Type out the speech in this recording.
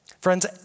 Friends